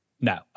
no